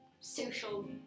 social